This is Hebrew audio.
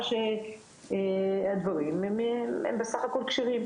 מה שהדברים הם בסך הכול כשרים.